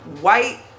white